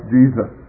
Jesus